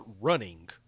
running